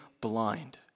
blind